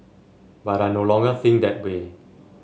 but I no longer think that way